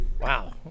wow